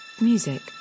music